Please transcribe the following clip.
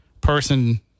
person